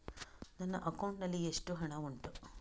ನನ್ನ ಅಕೌಂಟ್ ನಲ್ಲಿ ಎಷ್ಟು ಹಣ ಉಂಟು?